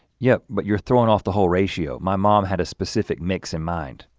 yeah, but you're throwing off the whole ratio. my mom had a specific mix in mind.